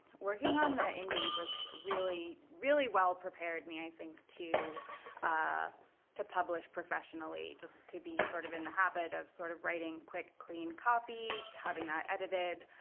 working on the indy really really well prepared me, i think, to ah to publish professionally, just to be sort of in the habit of sort of writing quick, clean copy, having that edited,